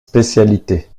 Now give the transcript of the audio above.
spécialité